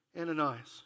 Ananias